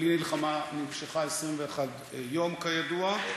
אבל המלחמה נמשכה 21 יום כידוע.